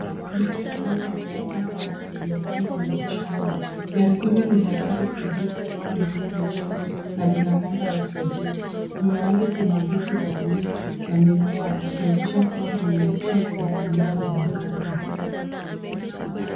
Gari aina ya Toyota Prado lililokuwa limeegeshwa nje. Gari hili lina rangi ya kijivu au bluu nyeusi na lina namba ya usajili. Nyuma yake kuna geti la bluu na mimea, ikionyesha kuwa limeegeshwa kwenye eneo la makaazi.